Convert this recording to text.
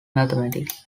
mathematics